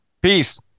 Peace